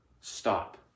Stop